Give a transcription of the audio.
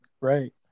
Right